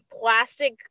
plastic